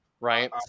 right